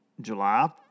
July